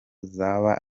zaba